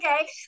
okay